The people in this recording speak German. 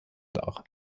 dar